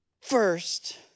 first